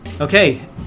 Okay